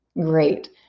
great